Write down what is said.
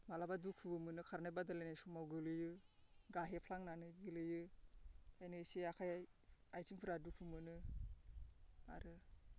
माब्लाबा दुखुबो मोनो खारनाय बादायलायनाय समाव गोग्लैयो गाहेफ्लांनानै गोग्लैयो बेहायनो इसे आखाइ आथिंफोरा दुखु मोनो आरो